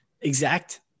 exact